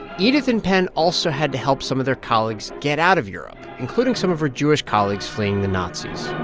edith and pen also had to help some of their colleagues get out of europe, including some of her jewish colleagues fleeing the nazis